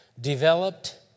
developed